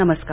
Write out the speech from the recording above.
नमस्कार